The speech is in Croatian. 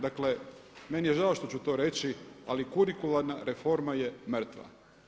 Dakle, meni je žao što ću to reći ali kurikularna reforma je mrtva.